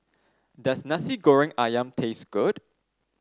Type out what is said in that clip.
does Nasi Goreng ayam taste good